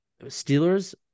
Steelers